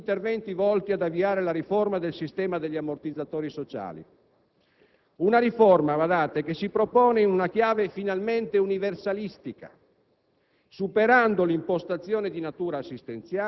Segnalo poi all'attenzione dell'Aula gli interventi volti ad avviare la riforma del sistema degli ammortizzatori sociali. Una riforma che si propone - badate bene - in una chiave finalmente «universalistica»,